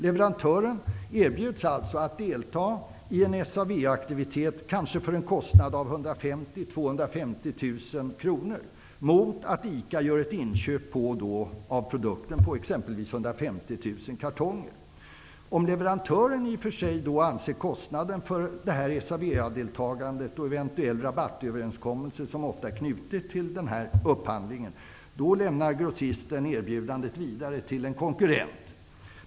Leverantörerna erbjuds alltså att delta i en SA VA-deltagande och för eventuell rabattöverenskommelse, som ofta knyts till denna upphandling, är för höga, lämnar grossisten erbjudandet vidare till en konkurrent.